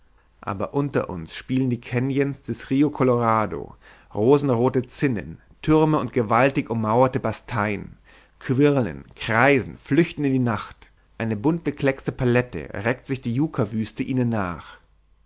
aber unter uns spielen die caons des rio colorado rosenrote zinnen türme und gewaltig ummauerte basteien quirlen kreisen flüchten in die nacht eine bunt bekleckste palette reckt sich die yukawüste ihnen nach